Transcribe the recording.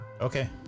Okay